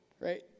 Right